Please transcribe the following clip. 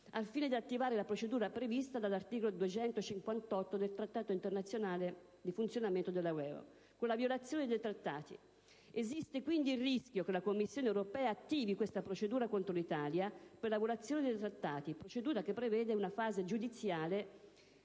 al fine di attivare la procedura prevista dall'articolo 258 del medesimo Trattato contro la violazione dei Trattati. Esiste, quindi, il rischio che la Commissione europea attivi questa procedura contro l'Italia per la violazione dei Trattati, che prevede una fase giudiziale